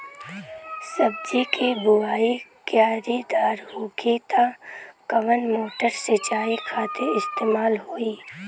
सब्जी के बोवाई क्यारी दार होखि त कवन मोटर सिंचाई खातिर इस्तेमाल होई?